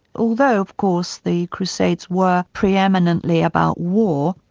although of course the crusades were pre-eminently about war,